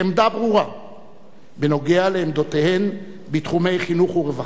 ברורה בנוגע לעמדותיהן בתחומי חינוך ורווחה,